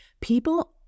People